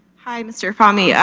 hi mr. fahmy, yeah